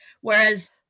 whereas